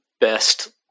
best